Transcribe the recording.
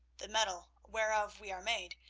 the mettle whereof we are made,